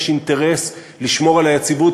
אינטרס לשמור על היציבות,